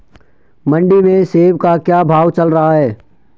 मंडी में सेब का क्या भाव चल रहा है?